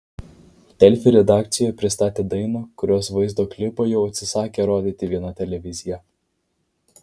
delfi redakcijoje pristatė dainą kurios vaizdo klipą jau atsisakė rodyti viena televizija